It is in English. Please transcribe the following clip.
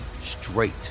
straight